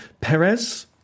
Perez